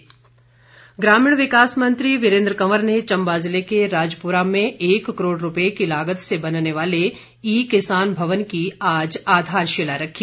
वीरेंद्र कंवर ग्रामीण विकास मंत्री वीरेंद्र कंवर ने चंबा ज़िले के राजपूरा में एक करोड़ रूपए की लागत से बनने वाले ई किसान भवन की आज आधारशिला रखी